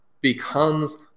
becomes